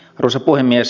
arvoisa puhemies